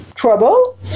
trouble